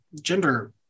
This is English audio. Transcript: gender